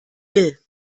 will